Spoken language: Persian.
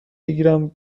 بگیرم